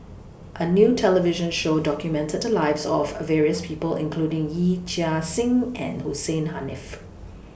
A New television Show documented The Lives of various People including Yee Chia Hsing and Hussein Haniff